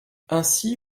ainsi